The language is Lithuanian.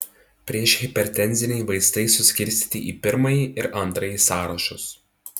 priešhipertenziniai vaistai suskirstyti į pirmąjį ir antrąjį sąrašus